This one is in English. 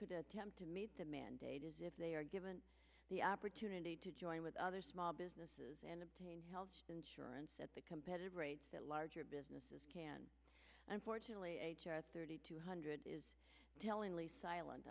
could attempt to meet the mandate is if they are given the opportunity to join with other small businesses and obtain health insurance at the competitive rates that larger businesses can unfortunately thirty two hundred is tellingly silent